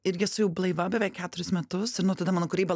irgi esu jau blaiva beveik keturis metus ir nuo tada mano kūryba